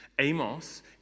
Amos